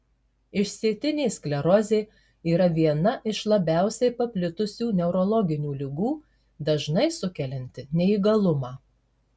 išsėtinė sklerozė yra viena iš labiausiai paplitusių neurologinių ligų dažnai sukelianti neįgalumą